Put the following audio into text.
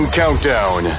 countdown